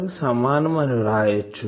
కు సమానం అని రాయచ్చు